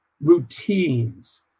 routines